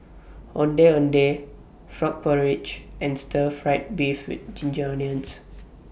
Ondeh Ondeh Frog Porridge and Stir Fried Beef with Ginger Onions